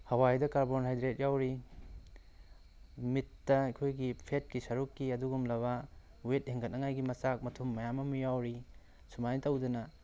ꯍꯋꯥꯏꯗ carbohydrate ꯌꯥꯎꯔꯤ ꯃꯤꯠꯇ ꯑꯩꯈꯣꯏꯒꯤ ꯐꯦꯠꯀꯤ ꯁꯔꯨꯛꯀꯤ ꯑꯗꯨꯒꯨꯝꯂꯕ ꯋꯦꯠ ꯍꯦꯟꯀꯠꯅꯉꯥꯏꯒꯤ ꯃꯆꯥꯛ ꯃꯊꯨꯝ ꯃꯌꯥꯝ ꯑꯃ ꯌꯥꯎꯔꯤ ꯁꯨꯃꯥꯏꯅ ꯇꯧꯗꯅ